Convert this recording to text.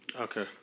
Okay